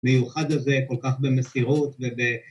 ‫מיוחד הזה כל כך במסירות וב...